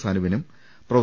സാനുവിനും prof